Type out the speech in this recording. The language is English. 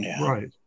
Right